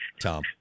Tom